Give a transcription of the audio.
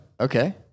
Okay